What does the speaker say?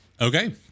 Okay